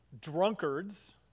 Drunkards